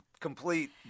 complete